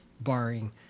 barring